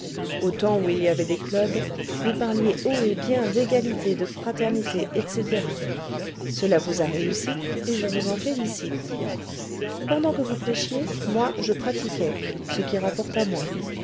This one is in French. au temps où il y avait des clubs vous parliez haut et bien d'égalité de fraternité etc cela vous a réussi et je vous en félicite pendant que vous prêchiez moi je pratiquais ce qui rapporta moins